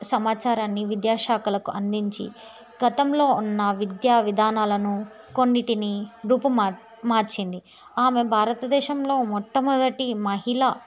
సమాచారాన్ని విద్యాశాఖలకు అందించి గతంలో ఉన్న విద్యా విధానాలను కొన్నింటిని రూపుమా మార్చింది ఆమె భారత దేశంలో మొట్ట మొదటి మహిళ